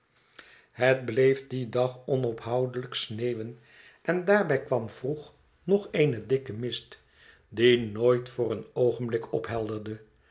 het bleef dien dag onophoudelijk sneeuwen en daarbij kwam vroeg nog eene dikke mist die nooit voor een oogenblik ophelderde